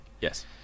Yes